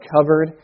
covered